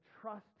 trust